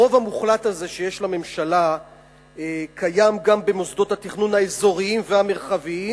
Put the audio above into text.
הרוב המוחלט הזה שיש לממשלה קיים גם במוסדות התכנון האזוריים והמרחביים,